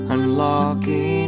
Unlocking